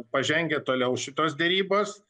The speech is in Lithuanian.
pažengę toliau šitos derybos